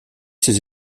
ses